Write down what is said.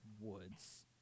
Woods